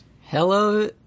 Hello